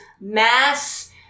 mass